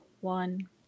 one